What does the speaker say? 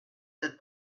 cette